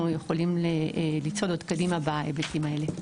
יכולים לצעוד עוד קדימה בהיבטים האלו.